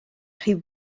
rhyw